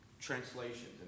translations